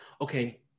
okay